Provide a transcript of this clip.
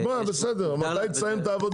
אז מה, בסדר, מתי תסיים את העבודה?